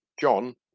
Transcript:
John